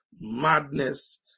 madness